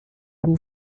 two